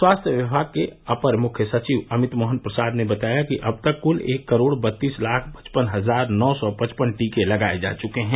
स्वास्थ्य विभाग के अपर मुख्य सचिव अमित मोहन प्रसाद ने बताया कि अब तक क्ल एक करोड़ बत्तीस लाख पचपन हजार नौ सौ पचपन टीके लगाये जा चुके हैं